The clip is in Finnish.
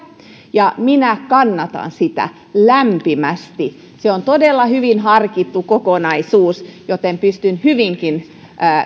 ja minä kannatan sitä lämpimästi se on todella hyvin harkittu kokonaisuus joten pystyn hyvinkin